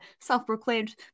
self-proclaimed